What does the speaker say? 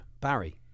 Barry